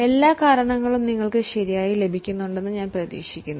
എല്ലാ കാരണങ്ങളും നിങ്ങൾക്ക് ശരിയായി രീതിയിൽ മനസ്സിലാകുന്നുണ്ടെന്നു ഞാൻ പ്രതീക്ഷിക്കുന്നു